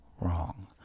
wrong